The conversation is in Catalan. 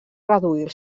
reduir